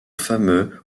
fameux